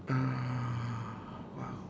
uh !wow!